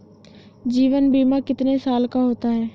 जीवन बीमा कितने साल का होता है?